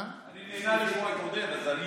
אני נהנה לשמוע את עודד אז אני אישאר לשמוע אותו.